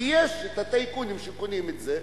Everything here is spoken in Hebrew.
כי יש הטייקונים שקונים את זה,